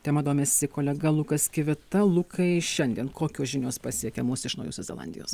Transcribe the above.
tema domisi kolega lukas kivita lukai šiandien kokios žinios pasiekė mus iš naujosios zelandijos